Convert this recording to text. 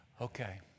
Okay